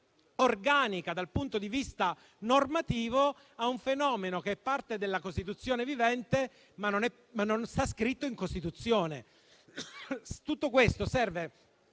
organica dal punto di vista normativo a un fenomeno che è parte della Costituzione vivente, ma non è scritto in Costituzione. Tutto questo serve